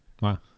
Wow